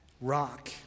rock